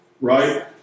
Right